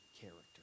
character